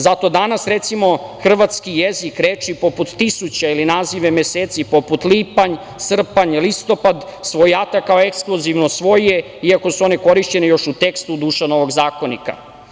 Zato danas, recimo hrvatski jezik, reči poput „tisuće“ ili nazive meseci poput „lipanj, srpanj, listopad“, svojata kao ekskluzivno svoje, iako su one korišćene još u tekstu Dušanovog zakonika.